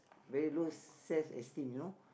very low self-esteem you know